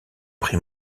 prix